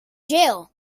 jail